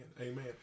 Amen